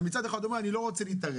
אתה מצד אחד אתה אומר שאתה לא רוצה להתערב,